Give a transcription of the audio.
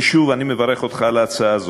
ושוב, אני מברך אותך על ההצעה הזאת,